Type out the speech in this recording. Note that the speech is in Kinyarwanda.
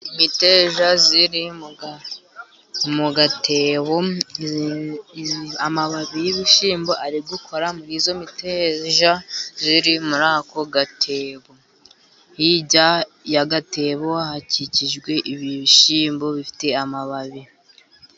Imiteja iri mu gatebo , amababi y'ibishyimbo ari gukora muri iyo miteja iri muri ako gatebo , hirya ya gatebo hakikijwe ibishyimbo bifite amababi.